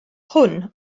hwn